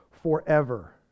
forever